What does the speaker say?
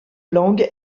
langue